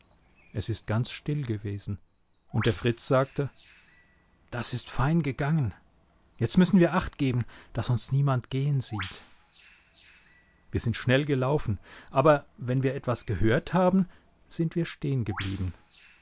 es ist ganz still gewesen und der fritz sagte das ist fein gegangen jetzt müssen wir achtgeben daß uns niemand gehen sieht wir sind schnell gelaufen aber wenn wir etwas gehört haben sind wir